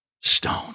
Stone